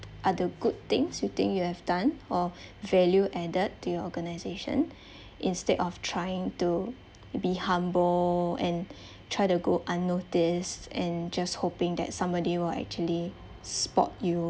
are the good things you think you have done or value added to your organisation instead of trying to be humble and try to go unnoticed and just hoping that somebody will actually spot you